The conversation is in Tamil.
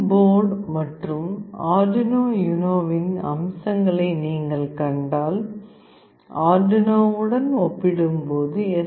போர்டு மற்றும் அர்டுயினோ யுனோவின் அம்சங்களை நீங்கள் கண்டால் அர்டுயினோவுடன் ஒப்பிடும்போது எஸ்